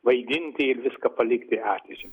vaidinti ir viską palikti ateičiai